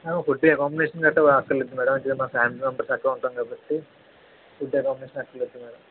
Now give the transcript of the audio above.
food accommodation గట్ట అక్కర్లేదు madam ఎందుకంటే ఫ్యామిలీ అంతా ఎక్కడో ఉంటాము కాబట్టి ఫుడ్డు ఎకామెడేషన్ అక్కర్లేదు మ్యాడం